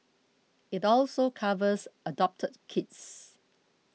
it also covers adopted kids